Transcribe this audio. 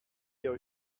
hier